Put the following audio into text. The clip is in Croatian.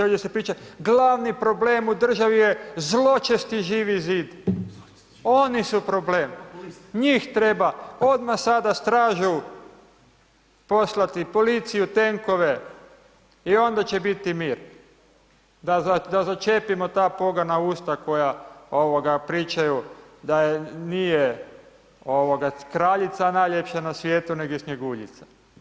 Ovdje se priča glavni problem u državi je zločasti Živi zid, oni su problem, njih treba, odmah sada stražu poslati, policiju, tenkove i onda će biti mir da začepimo ta pogana usta koja pričaju da nije kraljica najljepša na svijetu, neg je Snjeguljica.